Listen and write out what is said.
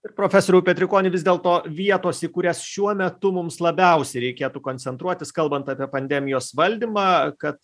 ir profesoriau petrikoni vis dėlto vietos į kurias šiuo metu mums labiausiai reikėtų koncentruotis kalbant apie pandemijos valdymą kad